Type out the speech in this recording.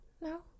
No